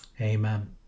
amen